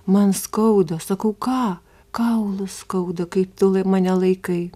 man skauda sakau ką kaulus skauda kai tu mane laikai